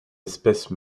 espèces